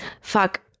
Fuck